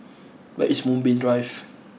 where is Moonbeam Drive